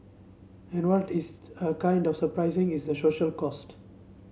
and what is a kind of surprising is the social cost